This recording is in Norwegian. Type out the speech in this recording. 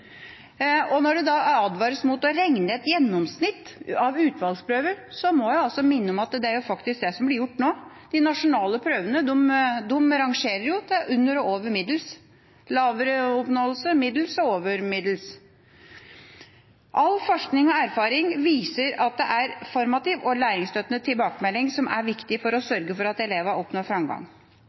benytte. Når det advares mot å regne et gjennomsnitt av utvalgsprøver, må jeg minne om at det faktisk er det som blir gjort nå. De nasjonale prøvene rangerer til under og over middels – lavere oppnåelse, middels og over middels. All forskning og erfaring viser at det er formativ og læringsstøttende tilbakemelding som er viktig for å sørge for at elevene oppnår